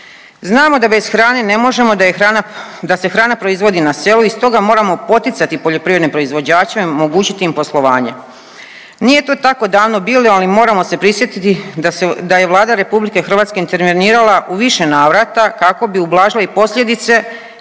Znamo da bez hrane ne možemo, da je hrana, da se hrana proizvodi na selu i stoga moramo poticati poljoprivredne proizvođače i omogućiti im poslovanje. Nije to tako davno bilo, ali moramo se prisjetiti da je Vlada RH intervenirala u više navrata kako bi ublažila i posljedice